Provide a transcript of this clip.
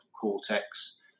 cortex